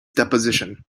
deposition